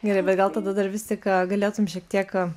gerai bet gal tada dar vis tik galėtum šiek tiek